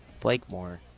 Blakemore